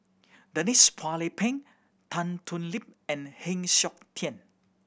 Denise Phua Lay Peng Tan Thoon Lip and Heng Siok Tian